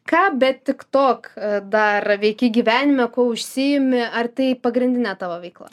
ką be tik tok dar veiki gyvenime kuo užsiimi ar tai pagrindinė tavo veikla